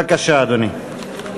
בבקשה, אדוני.